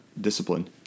discipline